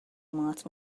موهات